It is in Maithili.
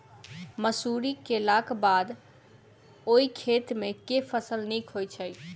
मसूरी केलाक बाद ओई खेत मे केँ फसल नीक होइत छै?